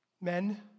Men